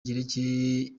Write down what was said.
ryerekeye